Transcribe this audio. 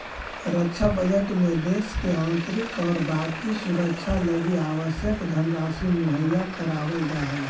रक्षा बजट में देश के आंतरिक और बाकी सुरक्षा लगी आवश्यक धनराशि मुहैया करावल जा हई